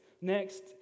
Next